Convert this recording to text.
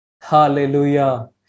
Hallelujah